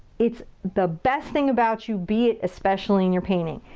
it's the best thing about you. be it, especially in your painting.